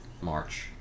March